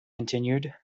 continued